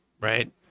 right